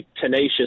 tenacious